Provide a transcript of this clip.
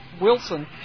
Wilson